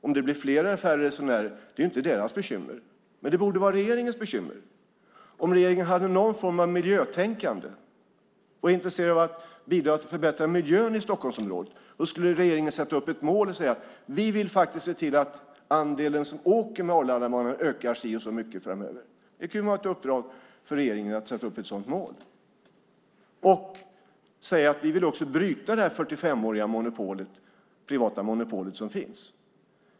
Om det blir fler eller färre resenärer är inte deras bekymmer, men det borde vara regeringens bekymmer. Om regeringen har någon form av miljötänkande och intresse av att bidra till att förbättra miljön i Stockholmsområdet skulle regeringen sätta upp ett mål och säga: Vi vill se till att andelen som åker med Arlandabanan ökar si och så mycket framöver. Det kan vara ett uppdrag för regeringen att sätta upp ett sådant mål. Man kan också säga att man vill bryta det 45-åriga privata monopolet.